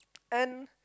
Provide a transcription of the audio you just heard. and